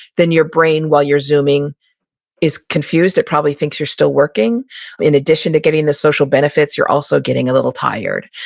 then your brain, while you're zooming is confused. it probably thinks you're still working in addition to getting the social benefits, you're also getting a little tired.